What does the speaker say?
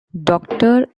doctor